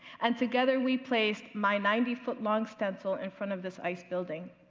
and together we placed my ninety foot long stencil in front of this ice building.